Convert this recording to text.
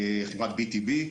חברת BTB,